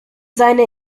seine